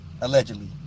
allegedly